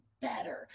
better